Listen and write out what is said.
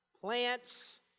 plants